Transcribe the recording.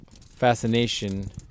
fascination